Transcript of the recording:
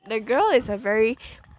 the girl is a very